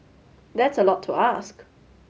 that's a lot to ask